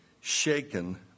shaken